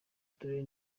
uturere